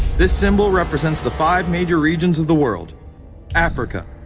this symbol represents the five major regions of the world africa,